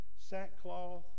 sackcloth